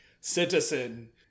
Citizen